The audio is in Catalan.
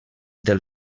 del